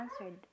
answered